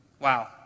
Wow